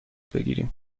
بگیریم